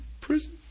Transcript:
prison